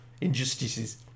injustices